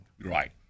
Right